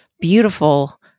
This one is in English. beautiful